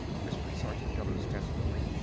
whispered sergeant bellews desperately,